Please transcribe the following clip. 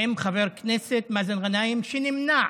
עם חבר כנסת מאזן גנאים, שנמנע